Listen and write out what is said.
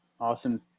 Awesome